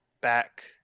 back